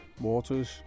waters